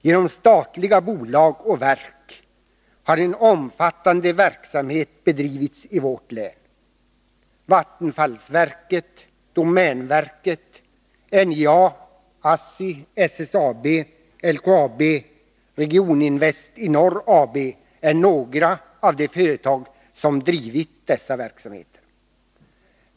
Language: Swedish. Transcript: Genom statliga bolag och verk har en omfattande verksamhet bedrivits i vårt län. Vattenfallsverket, domänverket, NJA, ASSI, SSAB, LKAB, Regioninvest i Norr AB är några av de företag som drivit dessa verksamheter.